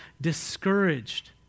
discouraged